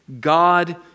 God